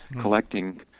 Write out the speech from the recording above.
collecting